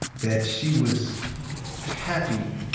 that she was happy